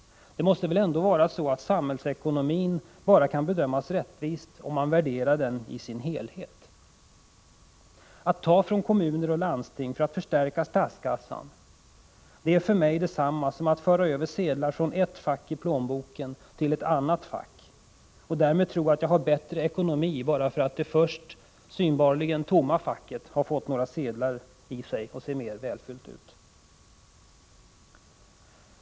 Det måste väl ändå vara så, att samhällsekonomin kan bedömas rättvist endast om man värderar den som en helhet. Att ta från kommuner och landsting för att förstärka statskassan är för mig detsamma som att föra över sedlar från ett fack i plånboken till ett annat fack och därmed tro att jag har bättre ekonomi bara för att det först tomma facket har fyllts på med några sedlar.